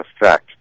effect